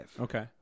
Okay